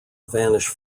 vanish